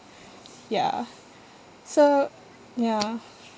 ya so ya